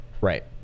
Right